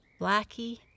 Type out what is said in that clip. Blackie